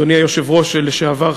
אדוני היושב-ראש לשעבר,